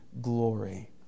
glory